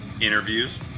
interviews